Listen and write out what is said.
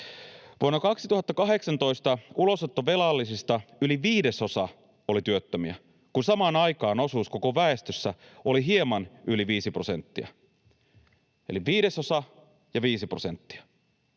Vuonna 2018 ulosottovelallisista yli viidesosa oli työttömiä, kun samaan aikaan osuus koko väestössä oli hieman yli 5 prosenttia — eli viidesosa ja 5 prosenttia.